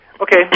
Okay